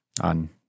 on